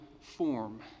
form